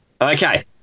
Okay